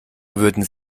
würden